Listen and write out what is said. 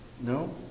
No